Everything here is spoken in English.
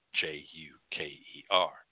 J-U-K-E-R